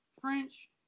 French